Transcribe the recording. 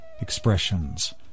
expressions